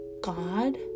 God